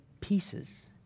pieces